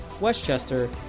Westchester